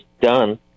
done